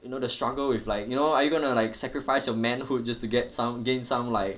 you know the struggle with like you know are you gonna like sacrifice your man hood just to get some gain some like